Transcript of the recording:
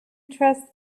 trust